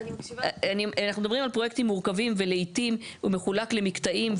אנחנו מדברים על פרויקטים מורכבים ולעיתים הם מחולקים למקטעים,